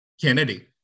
Kennedy